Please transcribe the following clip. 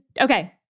okay